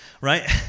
Right